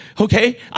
Okay